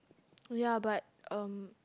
ya but um